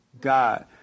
God